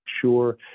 sure-